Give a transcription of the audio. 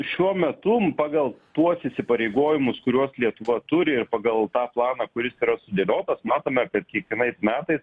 šiuo metum pagal tuos įsipareigojimus kuriuos lietuva turi ir pagal tą planą kuris yra sudėliotas matome kad kiekvienais metais